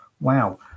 Wow